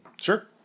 Sure